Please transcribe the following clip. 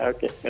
Okay